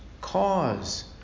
cause